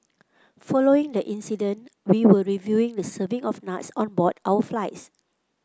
following the incident we will reviewing the serving of nuts on board our flights